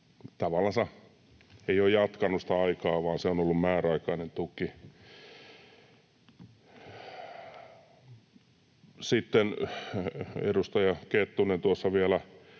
hallitus ei jatkanut sitä aikaa vaan se on ollut määräaikainen tuki. Sitten edustaja Kettunen tuossa vielä